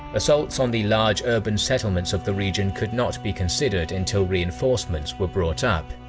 assaults on the large urban settlements of the region could not be considered until reinforcements were brought up.